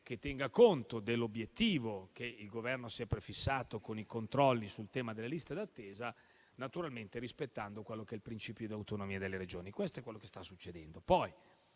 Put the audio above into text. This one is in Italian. che tenga conto dell'obiettivo che il Governo si è prefissato con i controlli sul tema delle liste d'attesa, naturalmente rispettando il principio di autonomia delle Regioni. Questo è quello che sta succedendo.